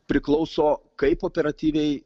priklauso kaip operatyviai